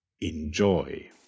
Enjoy